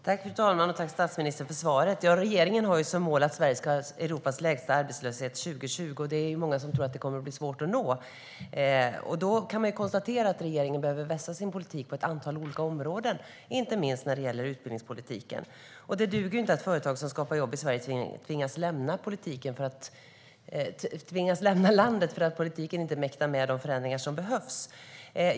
Fru talman! Tack, statsministern, för svaret! Regeringen har ju som mål att Sverige ska ha Europas lägsta arbetslöshet 2020. Det är många som tror att detta kommer att bli svårt att nå, och då kan man konstatera att regeringen måste vässa sin politik på ett antal olika områden, inte minst när det gäller utbildningspolitiken. Det duger inte att företag som skapar jobb i Sverige tvingas lämna landet för att politiken inte mäktar med de förändringar som behövs.